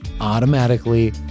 automatically